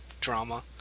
drama